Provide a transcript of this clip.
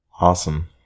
Awesome